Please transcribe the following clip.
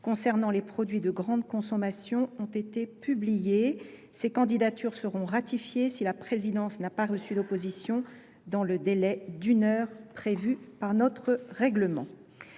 concernant les produits de grande consommation ont été publiées. Ces candidatures seront ratifiées si la présidence n’a pas reçu d’opposition dans le délai d’une heure prévu par notre règlement.